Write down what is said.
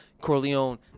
Corleone